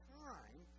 time